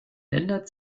ändert